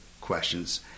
questions